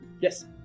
Yes